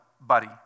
buddy